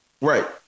right